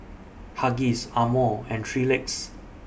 Huggies Amore and three Legs